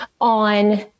on